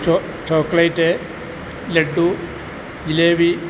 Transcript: chocolate laddu jalebi